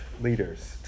leaders